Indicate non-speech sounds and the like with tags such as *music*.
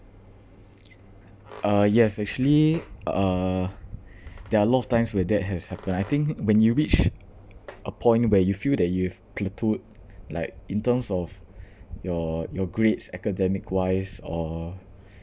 uh yes actually uh *breath* there are a lot of times where that has happened I think when you reach a point where you feel that you've plateaued like in terms of your your grades academic wise or